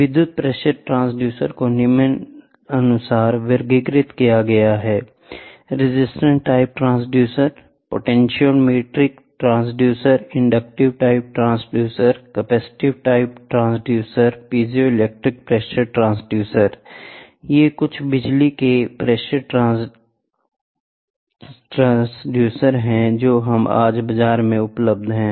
विद्युत pressure transducer को निम्नानुसार वर्गीकृत किया जाता है 1 resistance type transducer 2 potentiometric device 3 inductive type transducer 4 capacitive type transducer 5 piezoelectric pressure transducer ये कुछ बिजली के प्रेशर ट्रांसड्यूसर हैं जो आज बाजार में उपलब्ध हैं